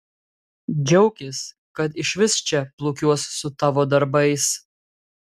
džiaukis kad išvis čia plūkiuos su tavo darbais